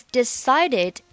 decided